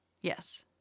Yes